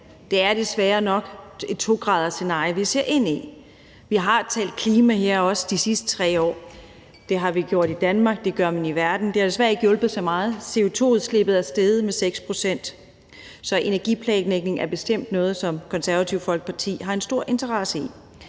Det er desværre nok et scenarie på 2 grader, vi ser ind i. Vi har talt klima de sidste 3 år, det har vi gjort i Danmark, det gør man i verden, men desværre har det ikke hjulpet så meget, for CO2-udslippet er steget med 6 pct. Så energiplanlægning er bestemt noget, som Det Konservative Folkeparti har en stor interesse i.